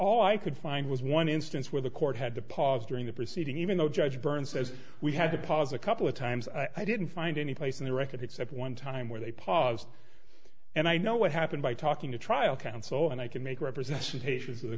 all i could find was one instance where the court had to pause during the proceeding even though judge burton says we had to pause a couple of times i didn't find any place in the record except one time where they paused and i know what happened by talking to trial counsel and i can make represents haitians in the